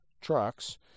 trucks